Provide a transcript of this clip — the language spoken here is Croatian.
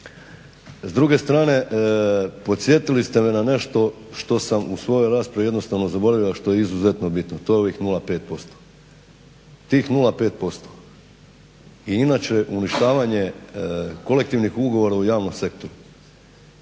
S druge strane, podsjetili ste me na nešto što sam u svojoj raspravi jednostavno zaboravio, a što je izuzetno bitno. To je ovih 0,5%. Tih 0,5% i inače uništavanje kolektivnih ugovora u javnom sektoru,